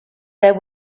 there